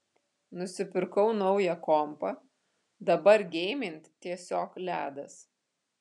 nusipirkau naują kompą dabar geimint tiesiog ledas